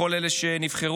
לכל אלה שנבחרו.